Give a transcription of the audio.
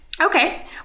Okay